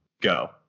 go